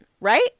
right